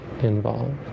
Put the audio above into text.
involved